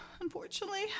unfortunately